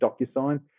DocuSign